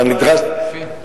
רק להצליח...